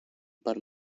per